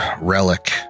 relic